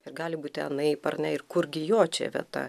ir gali būti anaip ar ne ir kurgi jo čia vieta